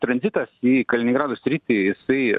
tranzitas į kaliningrado sritį jisai